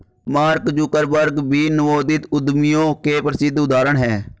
mark Zuckerberg भी नवोदित उद्यमियों के प्रसिद्ध उदाहरण हैं